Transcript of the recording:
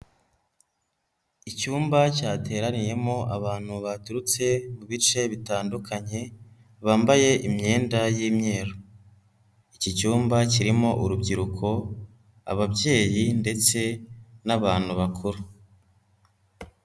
Icyumba cyateraniyemo abantu baturutse mu bice bitandukanye bambaye imyenda y'imyeru, iki cyumba kirimo urubyiruko, ababyeyi ndetse n'abantu bakuru.